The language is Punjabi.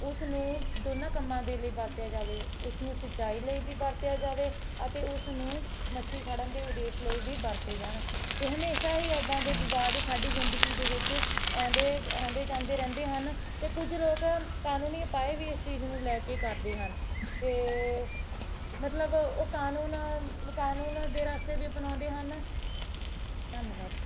ਉਸ ਨੂੰ ਦੋਨਾਂ ਕੰਮਾਂ ਦੇ ਲਈ ਵਰਤਿਆ ਜਾਵੇ ਉਸ ਨੂੰ ਸਿੰਚਾਈ ਲਈ ਵੀ ਵਰਤਿਆ ਜਾਵੇ ਅਤੇ ਉਸ ਨੂੰ ਮੱਛੀ ਫੜਨ ਦੇ ਉਦੇਸ਼ ਲਈ ਵੀ ਵਰਤੇ ਜਾਣ ਅਤੇ ਹਮੇਸ਼ਾ ਹੀ ਇੱਦਾਂ ਦੇ ਵਿਵਾਦ ਸਾਡੀ ਜ਼ਿੰਦਗੀ ਦੇ ਵਿੱਚ ਆਉਂਦੇ ਆਉਂਦੇ ਜਾਂਦੇ ਰਹਿੰਦੇ ਹਨ ਅਤੇ ਕੁਝ ਲੋਕ ਕਾਨੂੰਨੀ ਉਪਾਅ ਵੀ ਇਸ ਚੀਜ਼ ਨੂੰ ਲੈ ਕੇ ਕਰਦੇ ਹਨ ਅਤੇ ਮਤਲਬ ਉਹ ਕਾਨੂੰਨ ਕਾਨੂੰਨ ਦੇ ਰਸਤੇ ਵੀ ਅਪਣਾਉਂਦੇ ਹਨ ਧੰਨਵਾਦ